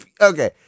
okay